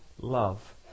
love